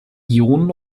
ionen